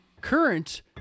current